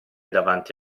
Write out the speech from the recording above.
davanti